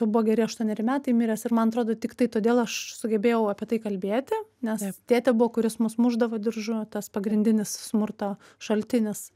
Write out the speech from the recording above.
jau buvo geri aštuoneri metai miręs ir man atrodo tiktai todėl aš sugebėjau apie tai kalbėti nes tėtė buvo kuris mus mušdavo diržu tas pagrindinis smurto šaltinis